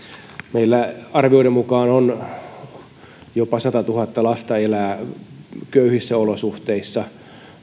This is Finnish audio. meillä arvioiden mukaan jopa satatuhatta lasta elää köyhissä olosuhteissa